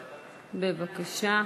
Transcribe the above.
בבקשה.